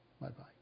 Bye-bye